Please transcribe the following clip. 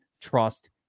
trust